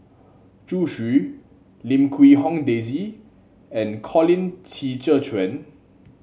Zhu Xu Lim Quee Hong Daisy and Colin Qi Zhe Quan